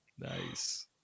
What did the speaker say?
Nice